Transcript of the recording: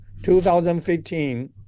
2015